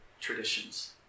traditions